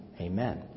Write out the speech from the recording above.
Amen